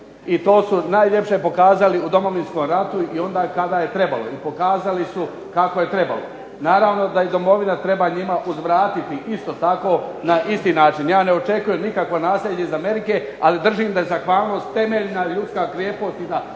I to su najljepše pokazali u Domovinskom ratu i onda kada je trebalo, i pokazali su kako je trebalo. Naravno da i domovina treba njima uzvratiti isto tako na isti način. Ja ne očekujem nikakvo nasljeđe iz Amerike, ali držim da je zahvalnost temeljna ljudska …/Govornik